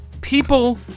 People